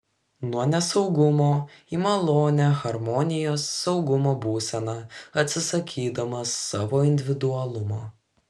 nuo nesaugumo į malonią harmonijos saugumo būseną atsisakydamas savo individualumo